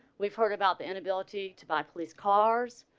we've heard about the inability to buy police cars.